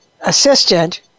assistant